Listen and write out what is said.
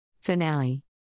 Finale